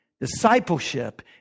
discipleship